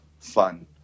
fun